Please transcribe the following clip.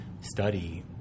study